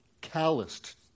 calloused